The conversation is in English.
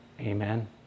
Amen